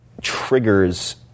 triggers